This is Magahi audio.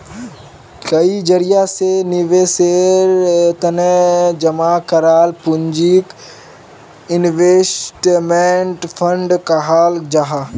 कई जरिया से निवेशेर तने जमा कराल पूंजीक इन्वेस्टमेंट फण्ड कहाल जाहां